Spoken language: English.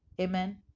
Amen